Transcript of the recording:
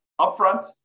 upfront